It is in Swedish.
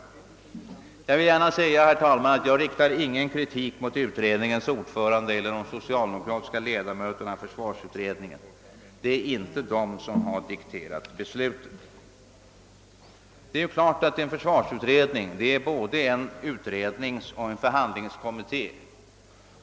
Jag riktar ingen kritik mot utredningens ordförande eller mot de socialdemokratiska ledamöterna av försvarsutredningen — det är inte de som har dikterat besluten. En försvarsutredning är både en utredningsoch en förhandlingskommitté.